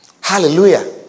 Hallelujah